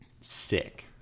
sick